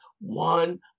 one